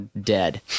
dead